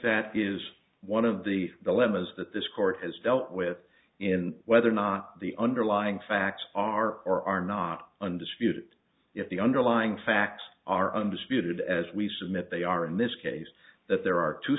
that is one of the dilemmas that this court has dealt with in whether or not the underlying facts are or are not undisputed if the underlying facts are undisputed as we submit they are in this case that there are two